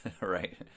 Right